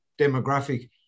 demographic